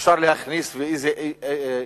אפשר להכניס ואיזה אי-אפשר.